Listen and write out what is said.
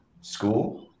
school